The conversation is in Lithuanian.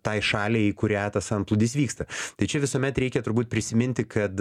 tai šaliai į kurią tas antplūdis vyksta tai čia visuomet reikia turbūt prisiminti kad